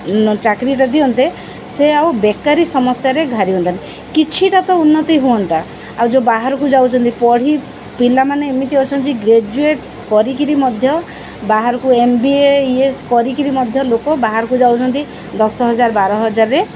ଚାକିରିଟା ଦିଅନ୍ତେ ସେ ଆଉ ବେକାରୀ ସମସ୍ୟାରେ ଘାରିଅନ୍ତାାନି କିଛିଟା ତ ଉନ୍ନତି ହୁଅନ୍ତା ଆଉ ଯେଉଁ ବାହାରକୁ ଯାଉନ୍ତି ପଢ଼ି ପିଲାମାନେ ଏମିତି ଅଛନ୍ତି ଗ୍ରାଜୁଏଟ୍ କରିକି ମଧ୍ୟ ବାହାରକୁ ଏମ୍ବିବିଏସ୍ କରିକି ମଧ୍ୟ ଲୋକ ବାହାରକୁ ଯାଉନ୍ତି ଦଶ ହଜାର ବାର ହଜାରରେ